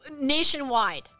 Nationwide